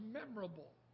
memorable